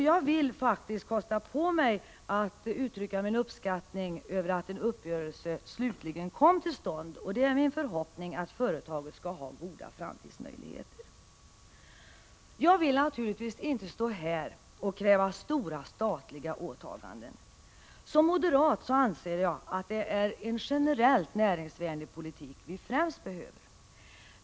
Jag vill faktiskt kosta på mig att nu uttrycka min uppskattning över att en uppgörelse slutligen kom till stånd, och det är min förhoppning att företaget skall ha goda framtidsmöjligheter. Jag vill naturligtvis inte stå här och kräva stora statliga åtaganden. Som moderat anser jag att det är en generellt näringsvänlig politik vi främst behöver.